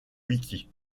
wiki